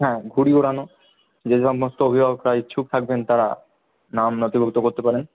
হ্যাঁ ঘুড়ি ওড়ানো যে সমস্ত অভিভাবকরা ইচ্ছুক থাকবেন তারা নাম নথিভুক্ত করতে পারেন